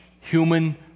human